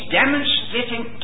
demonstrating